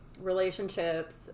relationships